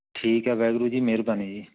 ਠੀਕ ਹੈ ਵਾਹਿਗੁਰੂ ਜੀ ਮਿਹਰਬਾਨੀ ਜੀ